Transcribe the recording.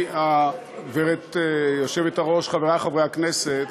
גברתי היושבת-ראש, חברי חברי הכנסת,